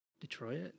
Detroit